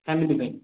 family ପାଇଁ